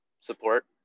support